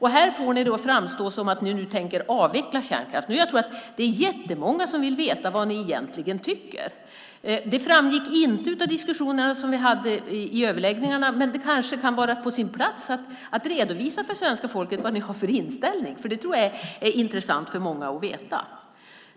Nu får de det hela att framstå som om de tänker avveckla kärnkraften. Jag tror att det är många som vill veta vad de egentligen tycker. Det framgick inte av de diskussioner vi hade i samband med överläggningarna, och därför kan det kanske vara på sin plats att redovisa för svenska folket vad de har för inställning. Det tror jag vore intressant för många att få veta.